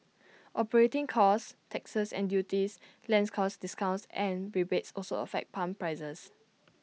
operating costs taxes and duties land costs discounts and rebates also affect pump prices